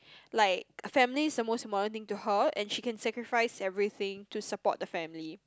like a family is the most important thing to her and she can sacrifice everything to support the family